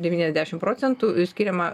devyniasdešimt procentų skiriama